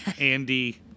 Andy